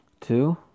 Two